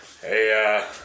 Hey